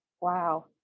wow